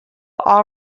all